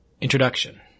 Introduction